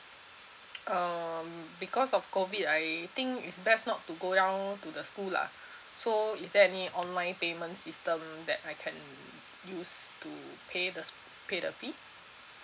um because of COVID I think is best not to go down to the school lah so is there any online payment system that I can use to pay the pay the fee